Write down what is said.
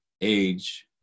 age